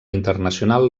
internacional